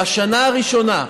בשנה הראשונה,